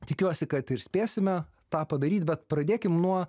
tikiuosi kad ir spėsime tą padaryt bet pradėkim nuo